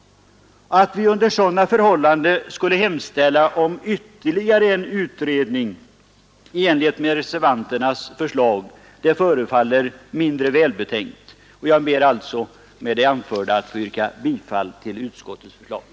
Att riksdagen under sådana förhållanden skulle i enlighet med reservanternas förslag begära ytterligare en utredning förefaller mindre välbetänkt. Jag ber med det anförda att få yrka bifall till utskottets hemställan.